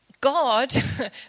God